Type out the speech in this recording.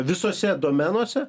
visose domenuose